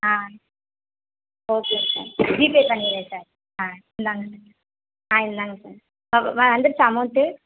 ஆ okay sir GPay பண்ணிடுறேன் sir ஆ இந்தாங்க ஆ இந்தாங்க சார் வ வந்திருச்சா அமௌண்ட்டு